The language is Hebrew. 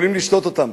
יכולים לשתות אותם.